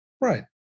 right